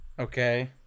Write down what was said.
Okay